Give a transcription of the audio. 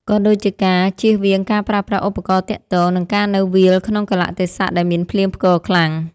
ក៏ដូចជាការជៀសវាងការប្រើប្រាស់ឧបករណ៍ទាក់ទង និងការនៅវាលក្នុងកាលៈទេសៈដែលមានភ្លៀងផ្គរខ្លាំង។